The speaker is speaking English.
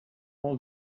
all